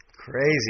Crazy